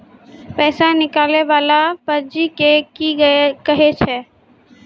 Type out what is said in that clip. पैसा निकाले वाला पर्ची के की कहै छै?